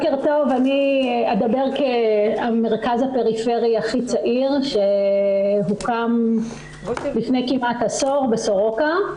אני אדבר כמרכז הפריפרי הכי צעיר שהוקם לפני כמעט עשור בסורוקה.